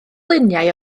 luniau